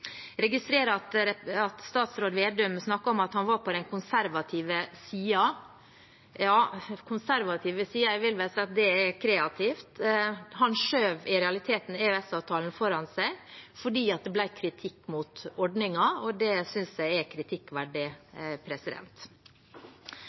registrerer at statsråd Vedum snakket om at han var på den konservative siden. Jeg vil vel si at «den konservative siden» er kreativt. Han skjøv i realiteten EØS-avtalen foran seg fordi det kom kritikk mot ordningen, og det synes jeg er kritikkverdig.